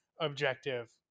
objective